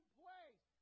place